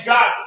God